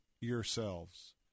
yourselves